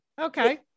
okay